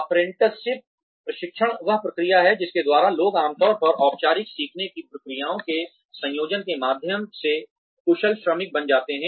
apprenticeship प्रशिक्षण वह प्रक्रिया है जिसके द्वारा लोग आमतौर पर औपचारिक सीखने की प्रक्रियाओं के संयोजन के माध्यम से कुशल श्रमिक बन जाते हैं